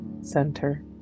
center